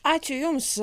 ačiū jums